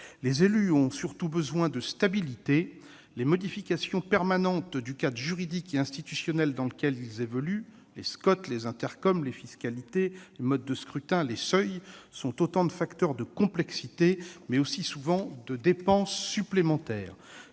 Les élus ont surtout besoin de stabilité. Les modifications permanentes du cadre juridique et institutionnel dans lequel ils évoluent- SCOT, intercommunalités, fiscalités, modes de scrutin et seuils -sont autant de facteurs de complexité et, souvent, de dépenses supplémentaires.